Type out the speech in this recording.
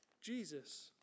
Jesus